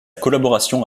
collaboration